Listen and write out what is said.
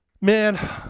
Man